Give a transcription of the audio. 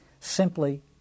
simply